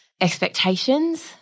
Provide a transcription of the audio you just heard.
expectations